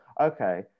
okay